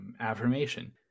affirmation